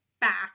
back